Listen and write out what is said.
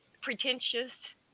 pretentious